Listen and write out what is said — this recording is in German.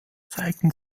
zeigen